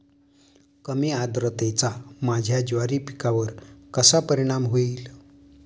कमी आर्द्रतेचा माझ्या ज्वारी पिकावर कसा परिणाम होईल?